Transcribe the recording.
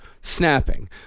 snapping